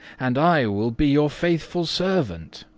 and i will be your faithful servant.